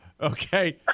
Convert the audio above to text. Okay